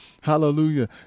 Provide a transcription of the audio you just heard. Hallelujah